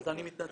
אז אני מתנצל.